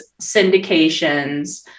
syndications